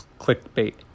clickbait